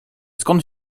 skąd